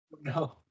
no